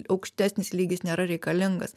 aukštesnis lygis nėra reikalingas